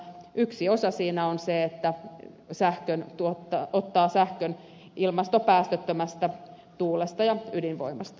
yksi osa siinä on se että ottaa sähkön ilmastopäästöttömästä tuulesta ja ydinvoimasta